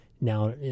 now